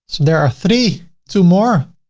there are three, two more.